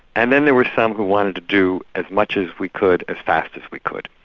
and then there were some who wanted to do as much as we could, as fast as we could.